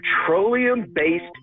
petroleum-based